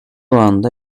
anda